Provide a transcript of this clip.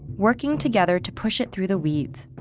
working together to push it through the weeds.